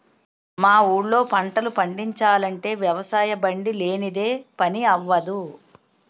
మా ఊళ్ళో పంటలు పండిచాలంటే వ్యవసాయబండి లేనిదే పని అవ్వదు